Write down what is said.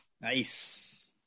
Nice